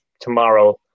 tomorrow